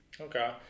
Okay